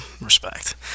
Respect